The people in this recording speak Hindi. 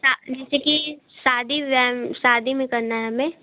सा जैसे कि शादी विवाह शादी में करना है हमें